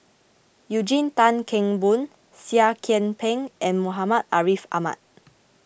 Eugene Tan Kheng Boon Seah Kian Peng and Muhammad Ariff Ahmad